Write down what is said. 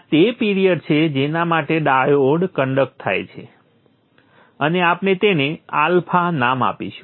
આ તે પિરીઅડ છે જેના માટે ડાયોડ કન્ડક્ટ્ થાય છે અને આપણે તેને α નામ આપીશું